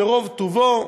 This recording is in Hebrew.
ברוב טובו,